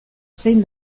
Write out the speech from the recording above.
zein